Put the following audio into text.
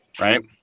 right